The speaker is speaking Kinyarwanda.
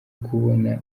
kubona